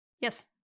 yes